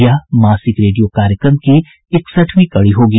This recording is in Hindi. यह मासिक रेडियो कार्यक्रम की इकसठवीं कड़ी होगी